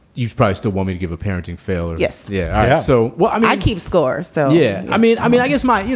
you surprised a woman to give a parenting fail? yes. yeah, i so. well, i'm i keep score. so. yeah. i mean, i mean, i guess my you